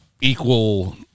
equal